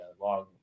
long